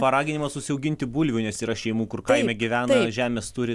paraginimas užsiauginti bulvių nes yra šeimų kur kaime gyvena žemės turi